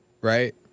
Right